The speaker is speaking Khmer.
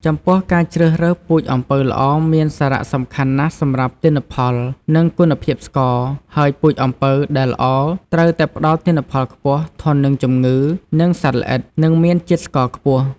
ចំពោះការជ្រើសរើសពូជអំពៅល្អមានសារៈសំខាន់ណាស់សម្រាប់ទិន្នផល និងគុណភាពស្ករ ហើយពូជអំពៅដែលល្អត្រូវតែផ្តល់ទិន្នផលខ្ពស់ ធន់នឹងជំងឺ និងសត្វល្អិត និងមានជាតិស្ករខ្ពស់។